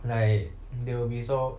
like they will be so